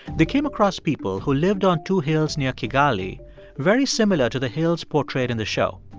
they came across people who lived on two hills near kigali very similar to the hills portrayed in the show.